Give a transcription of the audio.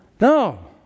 No